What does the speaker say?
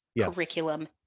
curriculum